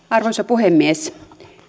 arvoisa puhemies